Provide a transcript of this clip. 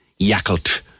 Yakult